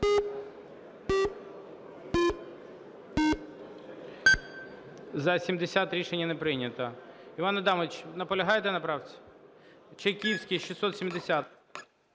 За-70 Рішення не прийнято. Іван Адамович, наполягаєте на правці? Чайківський, 670-а.